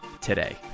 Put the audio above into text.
today